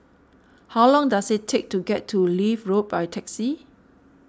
how long does it take to get to Leith Road by taxi